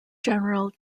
general